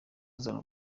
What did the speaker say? uzana